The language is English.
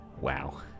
Wow